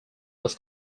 was